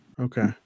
Okay